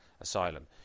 asylum